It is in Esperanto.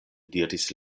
diris